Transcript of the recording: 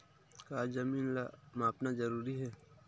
का जमीन ला मापना जरूरी हे?